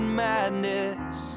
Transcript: madness